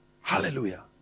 Hallelujah